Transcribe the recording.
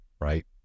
right